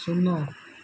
ଶୂନ